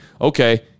okay